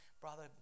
brother